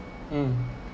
mm